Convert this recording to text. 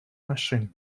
машин